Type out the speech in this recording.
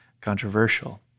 controversial